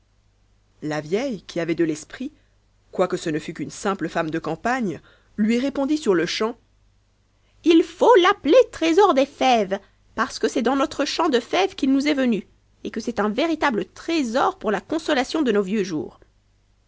la vieille qui avait de l'esprit quoique ce ne fût qu'une simple femme de campagne lui répondit sur-le-champ h faut l'appeler trésor des fèves parce que c'est dans notre champ de fèves qu'il nous est venu et que c'est un véritable trésor pour la consolation de noa vieux jours